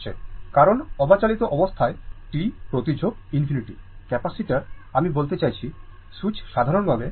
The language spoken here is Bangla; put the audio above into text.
কারণ অবিচলিত অবস্থায় t প্রতিঝোঁক ∞ ক্যাপাসিটার আমি বলতে চাইছি স্যুইচ সাধারণভাবে